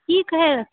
की कहए